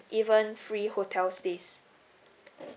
even free hotel stays